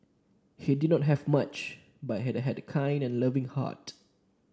he did not have much but he had a kind and loving heart